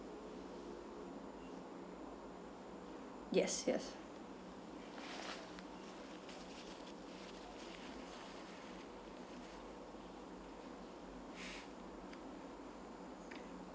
yes yes